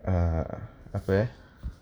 uh apa eh